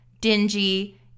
dingy